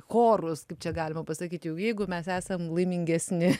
chorus kaip čia galima pasakyt jau jeigu mes esam laimingesni